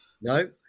No